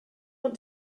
want